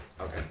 Okay